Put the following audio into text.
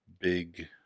big